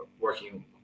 working